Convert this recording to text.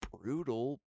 brutal